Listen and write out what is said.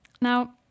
Now